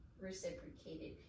reciprocated